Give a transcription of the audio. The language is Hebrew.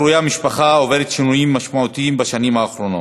המסגרת הקרויה משפחה עוברת תמורות משמעותיות בשנים האחרונות,